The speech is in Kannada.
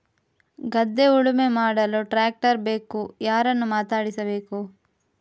ಗದ್ಧೆ ಉಳುಮೆ ಮಾಡಲು ಟ್ರ್ಯಾಕ್ಟರ್ ಬೇಕು ಯಾರನ್ನು ಮಾತಾಡಿಸಬೇಕು?